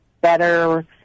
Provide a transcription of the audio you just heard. better